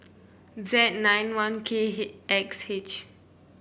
Z nine one K X H